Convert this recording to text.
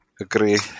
Agree